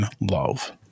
love